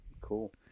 Cool